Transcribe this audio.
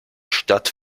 stadt